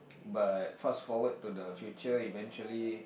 but fast forward to the future eventually